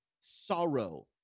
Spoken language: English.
sorrow